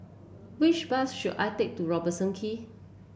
which bus should I take to Robertson Quay